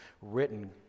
written